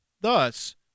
thus